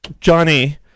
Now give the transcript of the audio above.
Johnny